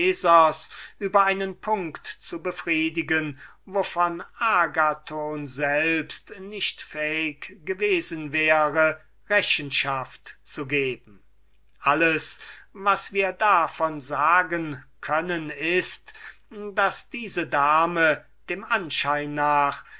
über einen punkt zu befriedigen wovon agathon selbst noch nicht fähig gewesen wäre rechenschaft zu geben soviel können wir inzwischen sagen daß diese dame dem anschein nach